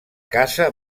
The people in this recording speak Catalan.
casa